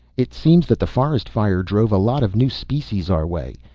it seems that the forest fire drove a lot of new species our way.